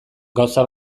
gauza